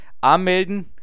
anmelden